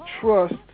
trust